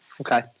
Okay